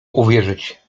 uwierzyć